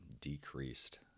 decreased